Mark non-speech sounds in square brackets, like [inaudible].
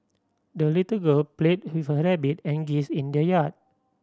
the little girl played [unintelligible] her rabbit and geese in the yard